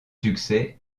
succès